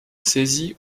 saisie